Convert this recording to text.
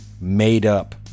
made-up